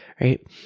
right